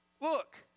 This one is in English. Look